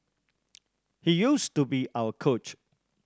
he used to be our coach